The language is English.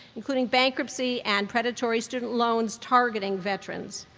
including bankruptcy and predatory student loans targeting veterans.